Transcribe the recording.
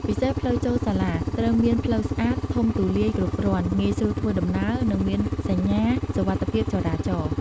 ពិសេសផ្លូវចូលសាលា ត្រូវមាន ផ្លូវស្អាត ធំទូលាយគ្រប់គ្រាន់ ងាយស្រួលធ្វើដំណើរ និងមានសញ្ញាសុវត្ថិភាពចរាចរណ៍។